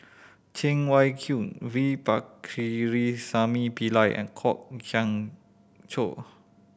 Cheng Wai Keung V Pakirisamy Pillai and Kwok Kian Chow